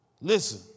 listen